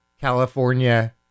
California